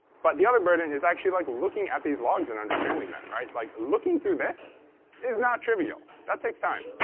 but the other burden is actually like looking at these logs and understanding that. right? like, looking through this is not trivial. that takes time.